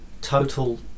total